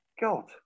God